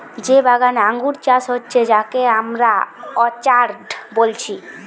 যে বাগানে আঙ্গুর চাষ হচ্ছে যাকে আমরা অর্চার্ড বলছি